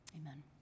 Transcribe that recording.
amen